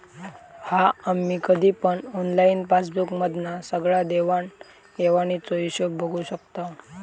हा आम्ही कधी पण ऑनलाईन पासबुक मधना सगळ्या देवाण घेवाणीचो हिशोब बघू शकताव